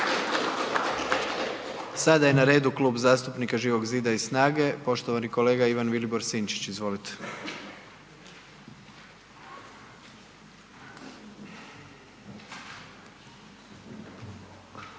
Sada je na redu Klub zastupnika Živog zida i SNAGA-e, poštovani kolega Ivan Vilibor Sinčić, izvolite.